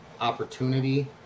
opportunity